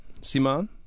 Simon